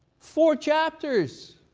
four chapters.